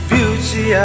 Beauty